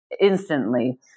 instantly